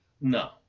No